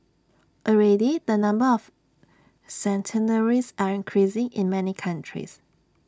already the number of centenarians are increasing in many countries